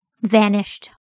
vanished